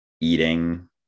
eating